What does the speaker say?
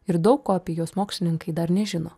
ir daug ko apie juos mokslininkai dar nežino